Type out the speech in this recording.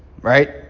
right